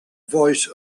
voice